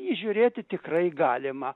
įžiūrėti tikrai galima